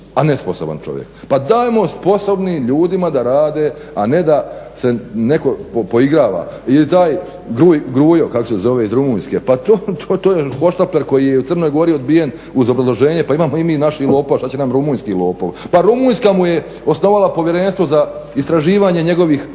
a nesposoban čovjek. Pa dajmo sposobnim ljudima da rade, a ne se netko poigrava ili taj …/Govornik se ne razumije./… kako se zove iz Rumunjske pa to je hohštapler koji je u Crnoj Gori odbijen uz obrazloženje pa imamo i mi naših lopova što će nam rumunjski lopov. Pa Rumunjska mu je osnovala povjerenstvo za istraživanje njegovih